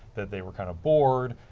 they were kind of boared.